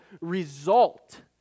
result